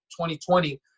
2020